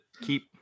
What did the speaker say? keep